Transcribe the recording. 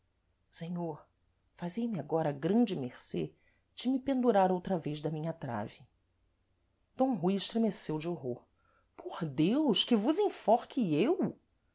senhor fazei me agora a grande mercê de me pendurar outra vez da minha trave d rui estremeceu de horror por deus que vos enforque eu